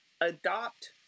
adopt